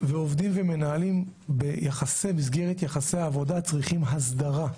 ועובדים ומנהלים ביחסי עבודה צריכים הסדרה.